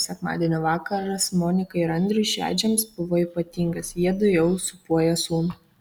sekmadienio vakaras monikai ir andriui šedžiams buvo ypatingas jiedu jau sūpuoja sūnų